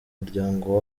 muryango